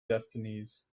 destinies